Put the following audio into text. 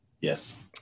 Yes